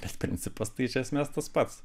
tas principas tai iš esmės tas pats